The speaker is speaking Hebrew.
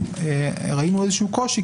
ראינו איזשהו קושי,